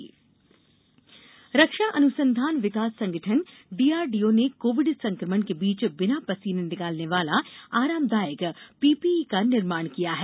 DRDO PPE kit रक्षा अनुसंधान विकास संगठन डीआरडीओ ने कोविड संक्रमण के बीच बिना पसीने निकालने वाला आरामदायक पीपीई का निर्माण किया है